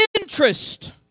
interest